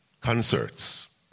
concerts